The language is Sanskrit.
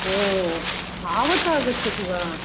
ओ तावत् आगच्छति वा